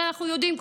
הרי אנחנו יודעים,